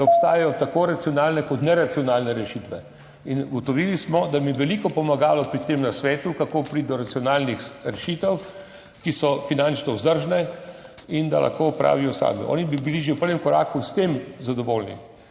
da obstajajo tako racionalne kot neracionalne rešitve. Ugotovili smo, da jim je pri tem veliko pomagal nasvet, kako priti do racionalnih rešitev, ki so finančno vzdržne in da jih lahko opravijo sami. Oni bi bili že v prvem koraku s tem zadovoljni.